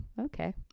okay